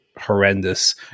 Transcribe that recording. Horrendous